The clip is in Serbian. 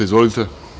Izvolite.